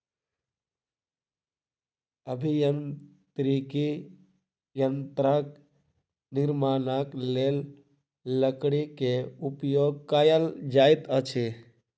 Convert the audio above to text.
अभियांत्रिकी यंत्रक निर्माणक लेल लकड़ी के उपयोग कयल जाइत अछि